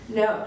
no